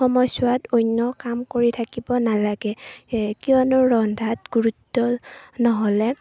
সময়চোৱাত অন্য কাম কৰি থাকিব নালাগে কিয়নো ৰন্ধাত গুৰুত্ব নহ'লে